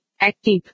Active